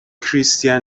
کریستین